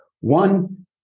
One